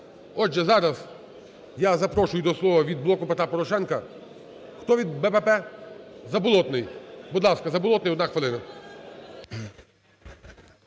Отже, зараз я запрошую до слова від "Блоку Петра Порошенка". Хто від "БПП"? Заболотний. Будь ласка, Заболотний, одна хвилина.